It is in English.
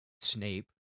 Snape